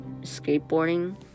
skateboarding